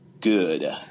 good